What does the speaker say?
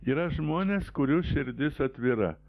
yra žmonės kurių širdis atvira